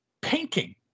painting